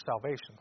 salvation